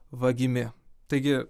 vagimi taigi